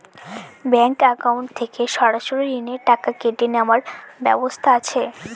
Bank account থেকে সরাসরি ঋণের টাকা কেটে নেওয়ার ব্যবস্থা আছে?